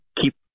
keep